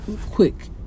quick